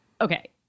Okay